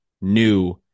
new